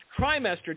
trimester